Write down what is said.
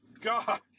God